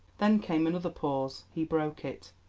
then came another pause he broke it.